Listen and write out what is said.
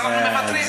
אז אנחנו מוותרים.